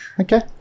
Okay